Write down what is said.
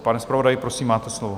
Pane zpravodaji, prosím, máte slovo.